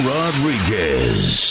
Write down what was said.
Rodriguez